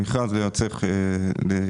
המכרז יוצא לכלכלנים,